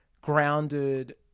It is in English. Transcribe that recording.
grounded